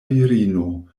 virino